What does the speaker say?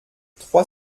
trois